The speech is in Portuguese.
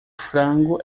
frango